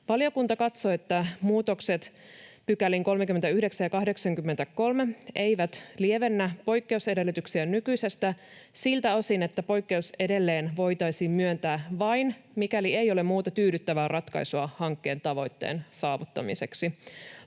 Valiokunta katsoo, että muutokset 39 ja 83 §:iin eivät lievennä poikkeusedellytyksiä nykyisestä siltä osin, että poikkeus edelleen voitaisiin myöntää vain, mikäli ei ole muuta tyydyttävää ratkaisua hankkeen tavoitteen saavuttamiseksi.